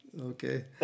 Okay